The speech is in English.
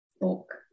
book